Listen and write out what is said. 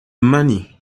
money